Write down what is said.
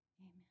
Amen